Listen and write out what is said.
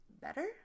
better